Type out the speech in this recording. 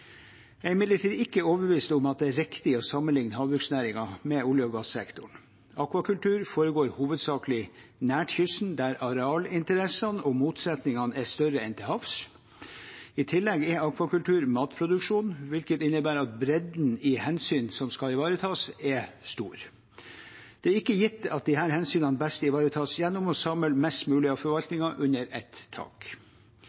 Jeg er imidlertid ikke overbevist om at det er riktig å sammenlikne havbruksnæringen med olje- og gassektoren. Akvakultur foregår hovedsakelig nært kysten der arealinteressene – og motsetningene – er større enn til havs. I tillegg er akvakultur matproduksjon, hvilket innebærer at bredden i hensyn som skal ivaretas, er stor. Det ikke gitt at disse hensynene best ivaretas gjennom å samle mest mulig av